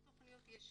ישירות.